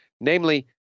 namely